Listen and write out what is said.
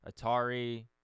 atari